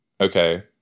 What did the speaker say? Okay